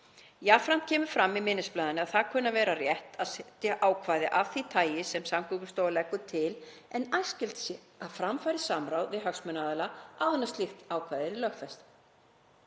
Jafnframt kemur fram í minnisblaðinu að það kunni að vera rétt að setja ákvæði af því tagi sem Samgöngustofa leggur til en æskilegt sé að fram færi samráð við hagsmunaaðila áður en slíkt ákvæði yrði lögfest.